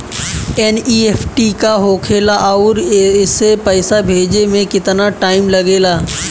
NEFT का होखे ला आउर एसे पैसा भेजे मे केतना टाइम लागेला?